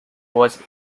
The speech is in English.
was